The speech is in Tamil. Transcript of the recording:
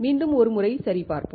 மீண்டும் ஒரு முறை சரி பார்ப்போம்